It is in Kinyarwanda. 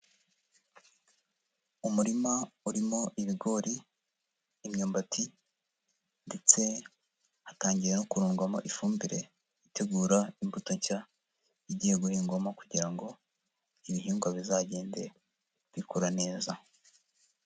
Umurima urimo ibigori, imyumbati ndetse hatangira kurundwamo ifumbire itegura imbuto nshya, igiye guhingwamo kugira ngo ibihingwa bizagende bikura neza.